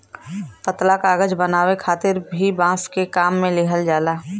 पतला कागज बनावे खातिर भी बांस के काम में लिहल जाला